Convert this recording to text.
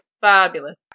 fabulous